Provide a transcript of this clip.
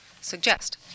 suggest